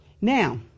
Now